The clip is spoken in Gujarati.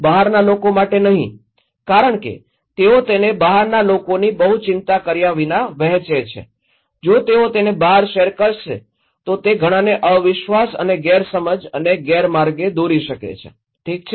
બહારના લોકો માટે નહીં કારણ કે તેઓ તેને બહારના લોકોની બહુ ચિંતા કર્યા વિના વહેંચે છે જો તેઓ તેને બહાર શેર કરશે તો તે ઘણાંને અવિશ્વાસ અને ગેરસમજ અને ગેરમાર્ગે દોરી શકે છે ઠીક છે